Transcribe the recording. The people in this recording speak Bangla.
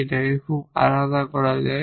এটা এখানে খুব আলাদা করা যায়